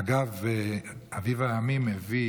אגב, האביב הערבי הביא